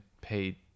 pay